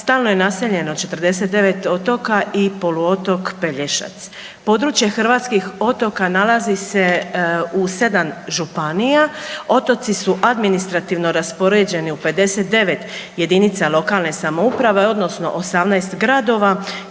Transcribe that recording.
Stalno je naseljeno 49 otoka i poluotok Pelješac. Područje hrvatskih otoka nalazi se u sedam županija, otoci su administrativno raspoređeni u 59 jedinica lokalne samouprave odnosno 18 gradova,